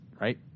right